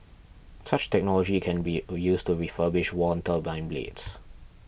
such technology can be used to refurbish worn turbine blades